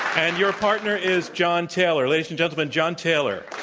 and your partner is john taylor. ladies and gentlemen, john taylor.